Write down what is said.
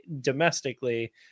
domestically